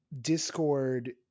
discord